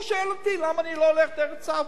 הוא שואל אותי למה אני לא הולך דרך צו,